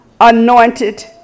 anointed